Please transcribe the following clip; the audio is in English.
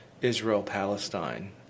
Israel-Palestine